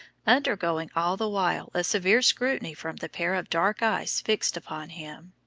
undergoing all the while a severe scrutiny from the pair of dark eyes fixed upon him.